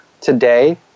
today